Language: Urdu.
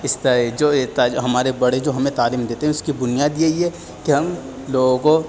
اس طرح جو یہ ہمارے بڑے جو ہمیں تعلیم دیتے ہیں اس کی بنیاد یہی ہے کہ ہم لوگوں کو